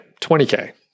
$20K